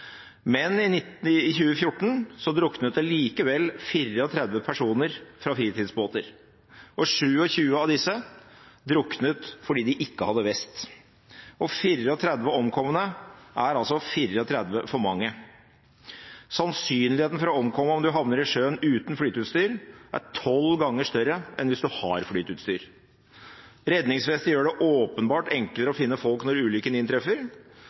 Men i 2014 druknet det likevel 34 personer fra fritidsbåter, og 27 av disse druknet fordi de ikke hadde vest. 34 omkomne er 34 for mange. Sannsynligheten for å omkomme om du havner i sjøen uten flyteutstyr, er tolv ganger større enn hvis du har flyteutstyr. Redningsvester gjør det åpenbart enklere å finne folk når ulykken inntreffer.